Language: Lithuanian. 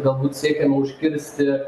galbūt siekiama užkirsti